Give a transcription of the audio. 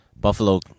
Buffalo